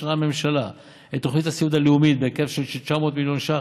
אישרה הממשלה את תוכנית הסיעוד הלאומית בהיקף של כ-900 מיליון ש"ח,